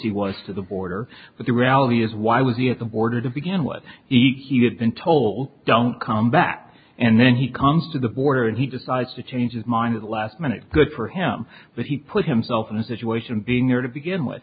he was to the border but the reality is why was he at the border to begin what he had been told don't come back and then he comes to the border and he decides to change his mind as a last minute good for him but he put himself in this situation being there to begin with